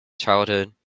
childhood